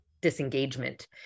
disengagement